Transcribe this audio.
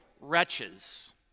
wretches